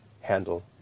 handle